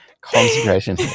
concentration